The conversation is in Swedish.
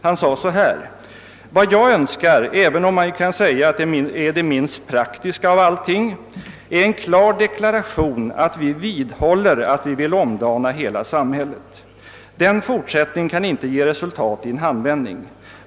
Han sade: » Vad jag önskar — även om man ju kan säga att det är det minst praktiska av allting — är en klar deklaration att vi vidhåller att vi vill omdana hela samhället. Den fortsättningen kan inte ge resultatet i en handvändning.